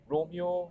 Romeo